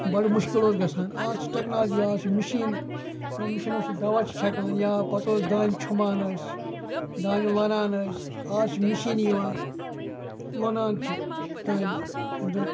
بَڑٕ مُشکل اوس گژھان اَز چھِ ٹٮ۪کنالجی اَز چھِ مِشیٖن یِمو مِشیٖنو سۭتۍ دوا چھِ چھَکان یا پَتہٕ اوس دانہِ چھۄمبان أسۍ دانہِ لونان ٲسۍ اَز چھِ مِشیٖنی یِوان لونان چھِ دانہِ یِم زَن